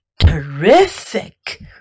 Terrific